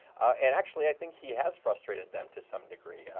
and actually, i think he has frustrated them to some degree.